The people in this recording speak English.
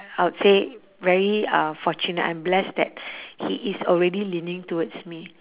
I'd say very uh fortunate I'm blessed that he is already leaning towards me